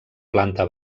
planta